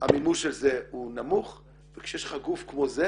המימוש של זה הוא נמוך וכשיש לך גוף כמו זה